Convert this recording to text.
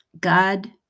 God